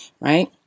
right